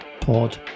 pod